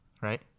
right